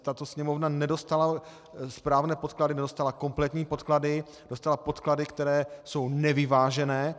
Tato sněmovna nedostala správné podklady, nedostala kompletní podklady, dostala podklady, které jsou nevyvážené.